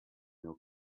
your